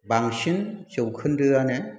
बांसिन जौखोन्दोआनो